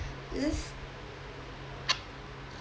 is this